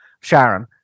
Sharon